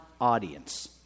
audience